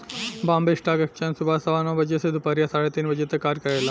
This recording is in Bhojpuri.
बॉम्बे स्टॉक एक्सचेंज सुबह सवा नौ बजे से दूपहरिया साढ़े तीन तक कार्य करेला